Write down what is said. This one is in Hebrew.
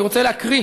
אני רוצה להקריא